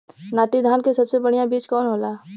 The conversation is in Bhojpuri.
नाटी धान क सबसे बढ़िया बीज कवन होला?